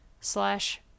slash